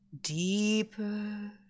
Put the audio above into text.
deeper